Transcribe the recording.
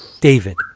David